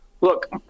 Look